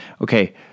Okay